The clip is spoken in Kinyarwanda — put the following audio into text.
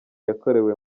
yakorewe